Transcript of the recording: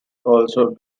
also